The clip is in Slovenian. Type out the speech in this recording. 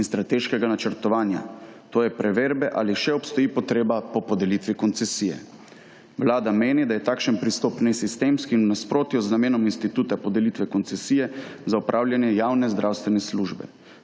in strateškega načrtovanja. To je preverbe ali še obstoji potreba po podelitvi koncesije. Vlada meni, da je takšen pristop nesistemski in v nasprotju z namenom instituta podelitve koncesije za opravljanje javne zdravstvene službe.